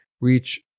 reach